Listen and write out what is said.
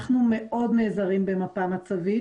אנחנו נעזרים במפה מצבית.